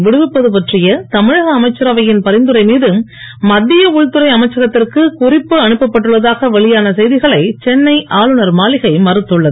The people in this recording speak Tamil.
விடுவிப்பது பற்றிய தமிழக அமைச்சரவையின் பரிந்துரை மீது மத்திய உள்துறை அமைச்சகத்திற்கு குறிப்பு அனுப்பப்பட்டுன்னதாக வெளியான செய்திகளை சென்னை ஆளுனர் மாளிகை மறுத்துள்ளது